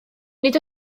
nid